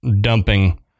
dumping